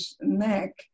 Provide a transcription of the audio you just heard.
neck